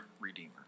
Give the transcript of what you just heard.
redeemer